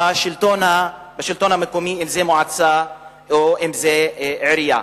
בשלטון המקומי, אם מועצה ואם עירייה.